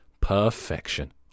Perfection